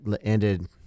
ended